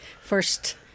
first